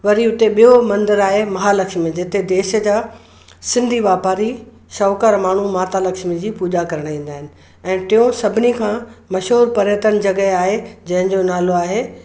वरी हुते ॿियों मंदरु आहे महालक्ष्मी जिते देश जा सिंधी वापारी शहुकार माण्हू माता लक्ष्मी जी पूजा करणु ईंदा आहिनि ऐं टियो सभिनी खां मशहूरु पर्यटन जॻह आहे जंहिंजो नालो आहे